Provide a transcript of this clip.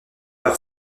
par